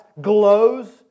glows